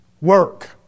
work